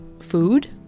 food